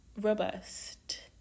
robust